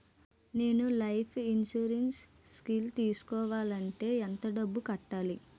నేను life insurance scheme తీసుకోవాలంటే ఎంత డబ్బు కట్టాలి?